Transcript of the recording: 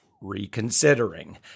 Reconsidering